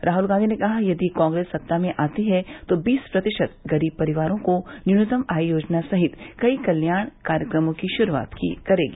राहुल गांधी ने कहा कि यदि कांग्रेस सत्ता में आती है तो बीस प्रतिशत गरीब परिवारों को न्यूनतम आय योजना सहित कई कल्याण कार्यक्रमों की शुरूआत करेगी